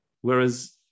Whereas